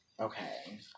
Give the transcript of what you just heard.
Okay